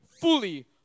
fully